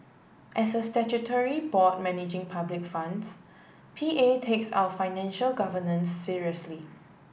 as a statutory board managing public funds P A takes our financial governance seriously